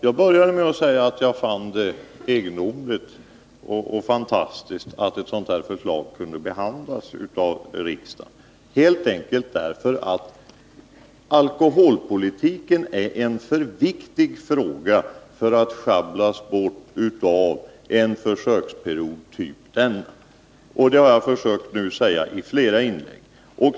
Jag började med att säga att jag fann det egendomligt och fantastiskt att ett sådant här förslag skall behandlas av riksdagen, helt enkelt därför att alkoholpolitiken är en alltför viktig fråga för att den skall schabblas bort genom en försöksverksamhet av denna typ. Detta har jag sagt i flera inlägg.